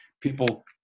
people